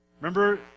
Remember